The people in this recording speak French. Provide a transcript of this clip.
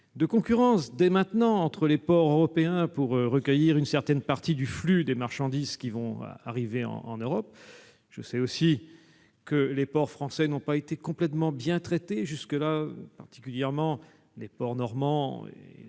une concurrence entre les ports européens pour recueillir une partie du flux des marchandises qui arriveront en Europe. Je sais aussi que les ports français n'ont pas été très bien traités jusque-là, en particulier les ports normands et